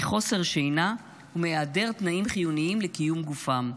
מחוסר שינה ומהיעדר תנאים חיוניים לקיום גופם,